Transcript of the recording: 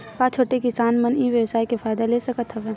का छोटे किसान मन ई व्यवसाय के फ़ायदा ले सकत हवय?